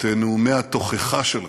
את נאומי התוכחה שלכם,